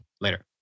Later